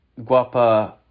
guapa